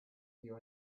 you